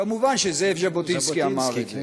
כמובן, זאב ז'בוטינסקי אמר את זה.